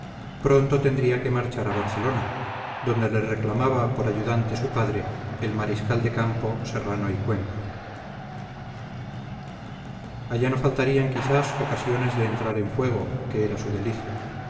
pronto tendría que marchar a barcelona donde le reclamaba por ayudante su padre el mariscal de campo serrano y cuenca allá no faltarían quizás ocasiones de entrar en fuego que era su delicia